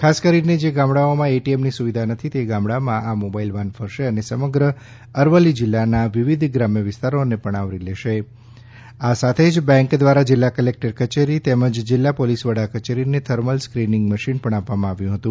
ખાસ કરીને જે ગામડાઓમાં એટીએમની સુવિધા નથી તે ગામડામાં આ મોબાઈલ વાન ફરશે અને સમગ્ર અરવલ્લી જિલ્લાના વિવિધ ગ્રામ્ય વિસ્તારોને આવરી લેવાશે આ સાથે જ બેંક દ્વારા જિલ્લા કલેક્ટર કચેરી તેમજ જિલ્લા પોલિસ વડા કચેરીને થર્મલ સ્ક્રિનિંગ મશિન પણ આપવામાં આવ્યું હતું